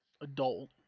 adult